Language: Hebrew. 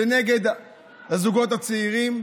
זה נגד הזוגות הצעירים,